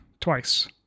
Twice